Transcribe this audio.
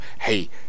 Hey